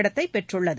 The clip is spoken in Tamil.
இடத்தைப் பெற்றுள்ளது